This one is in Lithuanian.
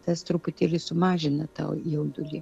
tas truputėlį sumažina tą jaudulį